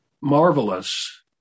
marvelous